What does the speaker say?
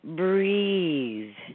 breathe